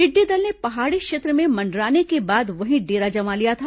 टिड्डी दल ने पहाड़ी क्षेत्र में मंडराने के बाद वहीं डेरा जमा लिया था